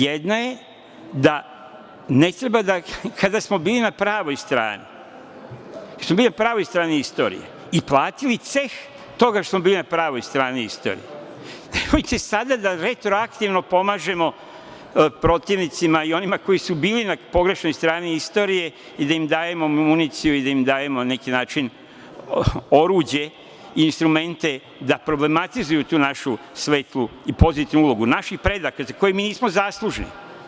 Jedna je da ne treba da, kada smo bili na pravoj strani istorije i platili ceh toga što smo bili na pravoj strani istorije, nemojte sada da retroaktivno pomažemo protivnicima i onima koji su bili na pogrešnoj strani istorije i da im dajemo municiju i da im dajemo, na neki način, oruđe i instrumente da problematizuju tu našu svetlu i pozitivnu ulogu, naših predaka za koje mi nismo zaslužni.